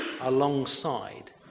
alongside